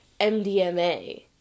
MDMA